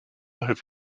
have